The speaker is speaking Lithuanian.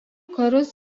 karus